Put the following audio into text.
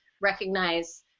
recognize